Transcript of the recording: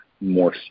more